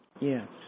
Yes